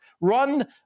Run